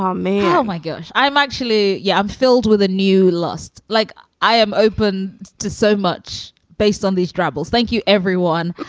um me oh, my gosh. i'm actually yeah, i'm filled with a new lost like i am open to so much based on these travels. thank you, everyone,